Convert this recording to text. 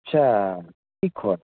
আচ্ছা কি কয়